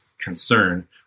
concern